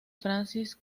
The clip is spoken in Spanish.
francis